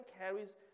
carries